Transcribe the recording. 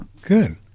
Good